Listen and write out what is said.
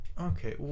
Okay